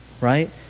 right